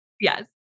Yes